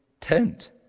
tent